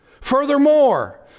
Furthermore